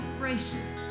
gracious